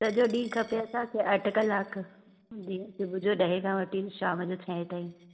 सॼो ॾींहुं खपे असांखे अठ कलाक जी सुबुह जो ॾहें खां वठी शाम जो छहें ताई